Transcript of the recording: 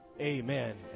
amen